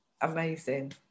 amazing